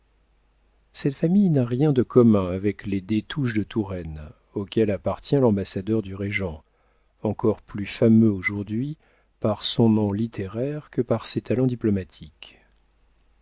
cette famille n'a rien de commun avec les des touches de touraine auxquels appartient l'ambassadeur du régent encore plus fameux aujourd'hui par son nom littéraire que par ses talents diplomatiques